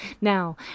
Now